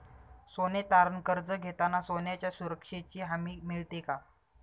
सोने तारण कर्ज घेताना सोन्याच्या सुरक्षेची हमी मिळते का?